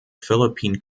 philippine